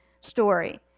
story